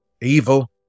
Evil